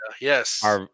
Yes